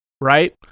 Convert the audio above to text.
right